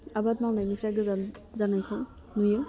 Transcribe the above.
आबाद मावनायनिफ्राय गोजान जानायखौ नुयो